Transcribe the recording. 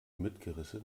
mitgerissen